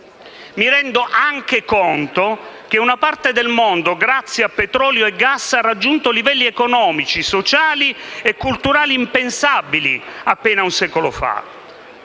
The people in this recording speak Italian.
Mi rendo anche conto che una parte del mondo grazie a petrolio e gas ha raggiunto livelli economici, sociali e culturali impensabili appena un secolo fa.